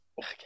okay